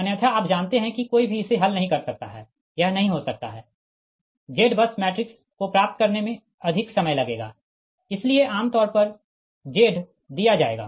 अन्यथा आप जानते है कोई भी इसे हल नहीं कर सकता है यह नहीं हो सकता है Z बस मैट्रिक्स को प्राप्त करने में अधिक समय लगेगा इसलिए आमतौर पर Z दिया जाएगा